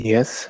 Yes